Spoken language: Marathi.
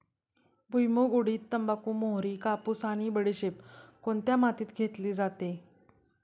भुईमूग, उडीद, तंबाखू, मोहरी, कापूस आणि बडीशेप कोणत्या मातीत घेतली जाते?